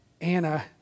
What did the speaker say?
Anna